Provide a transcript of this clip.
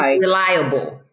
reliable